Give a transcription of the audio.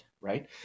right